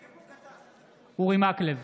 בעד אורי מקלב,